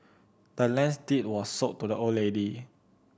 the land's deed was sold to the old lady